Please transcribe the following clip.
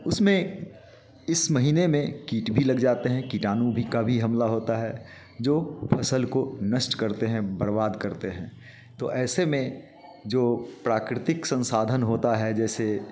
उसमें इस महीने में कीट भी लग जाते हैं कीटाणु भी का भी हमला होता है जो फसल को नष्ट करते हैं बर्बाद करते हैं तो ऐसे में जो प्राकृतिक संसाधन होता है जैसे